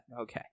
Okay